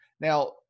now